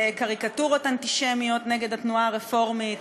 קריקטורות אנטישמיות נגד התנועה הרפורמית,